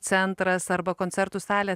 centras arba koncertų salė